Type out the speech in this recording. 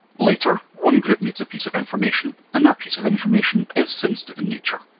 later, one group needs a piece of information, and that piece of information is sensitive in nature.